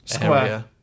area